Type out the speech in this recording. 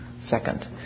Second